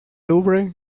louvre